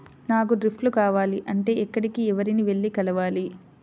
నాకు డ్రిప్లు కావాలి అంటే ఎక్కడికి, ఎవరిని వెళ్లి కలవాలి?